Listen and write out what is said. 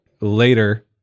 later